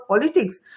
politics